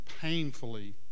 painfully